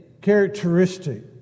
characteristic